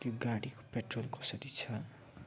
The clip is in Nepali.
त्यो गाडीको पेट्रोल कसरी छ